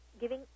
giving